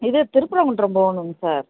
இது திருப்பரம்குன்றம் போகணுங்க சார்